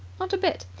not a bit.